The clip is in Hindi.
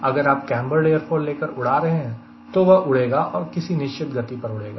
अगर आप कैंबर्ड एयरोफॉयल लेकर उड़ा रहे हैं तो वह उड़ेगा और किसी निश्चित गति पर उड़ेगा